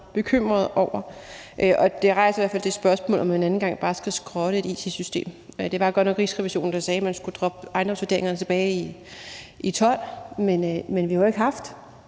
bekymrede over. Det rejser i hvert fald det spørgsmål, om man en anden gang bare skal skrotte et it-system. Det var godt nok Rigsrevisionen, der sagde, at man skulle droppe ejendomsvurderingerne, tilbage i 2012, men vi har jo ikke haft